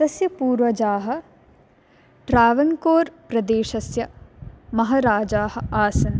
तस्य पूर्वजाः ट्रावङ्कूर् प्रदेशस्य महराजाः आसन्